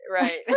right